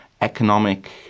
Economic